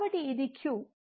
కాబట్టి ఇది q